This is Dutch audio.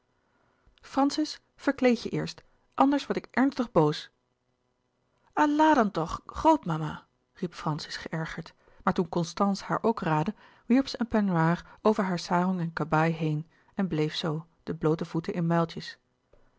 francis verkleed je eerst anders word ik ernstig boos allah dan toch grootmama riep francis geërgerd maar toen constance haar ook raadde wierp zij een peignoir over haar sarong en kabaai heen en bleef zoo de bloote voeten in muiltjes